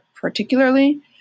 particularly